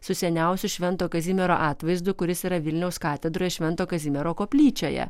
su seniausiu švento kazimiero atvaizdu kuris yra vilniaus katedroj švento kazimiero koplyčioje